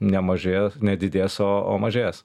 nemažės nedidės o o mažės